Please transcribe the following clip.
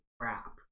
crap